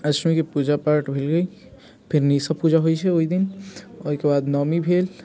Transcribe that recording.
अष्टमीके पूजा पाठ भेलै फेर निशा पूजा होइत छै ओहि दिन ओहिके बाद नवमी भेल